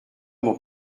mon